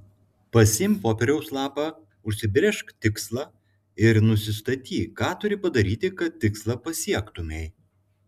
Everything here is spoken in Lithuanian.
pasiimk popieriaus lapą užsibrėžk tikslą ir nusistatyk ką turi padaryti kad tikslą pasiektumei